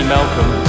Malcolm